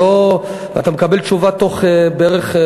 אתה מקבל תשובה תוך שבועיים-שלושה.